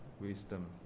Wisdom